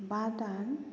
बा दान